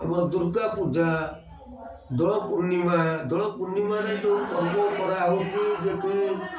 ଆମର ଦୁର୍ଗାପୂଜା ଦୋଳପୂର୍ଣ୍ଣିମା ଦୋଳ ପୂର୍ଣ୍ଣିମାରେ ଯେଉଁ ଅଳ୍ପ କରାହଉଛି ଯେ କି